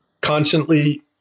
Constantly